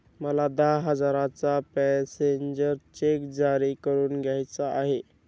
मला दहा हजारांचा पॅसेंजर चेक जारी करून घ्यायचा आहे